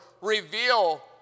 reveal